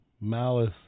Malice